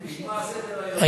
סדר-היום.